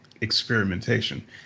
experimentation